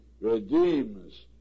redeems